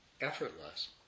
effortless